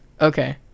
Okay